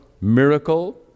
miracle